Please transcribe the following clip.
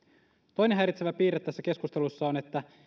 toinen häiritsevä piirre tässä keskustelussa on että